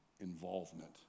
involvement